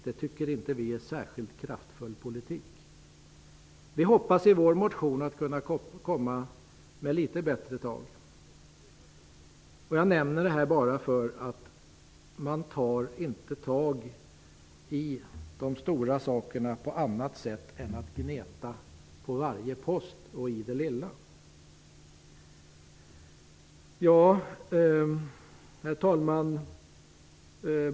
Vi tycker inte att detta är särskilt kraftfull politik. Vi hoppas att vi med vår motion skall komma med litet bättre tag. Jag nämner detta, för man kan inte ta itu med de stora sakerna på annat sätt än genom att gneta på varje post och i det lilla. Herr talman!